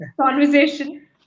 conversation